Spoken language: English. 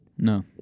No